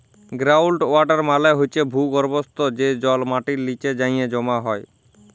ground water মালে হছে ভূগর্ভস্থ যে জল মাটির লিচে যাঁয়ে জমা হয়